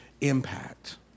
impact